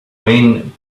wayne